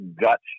gut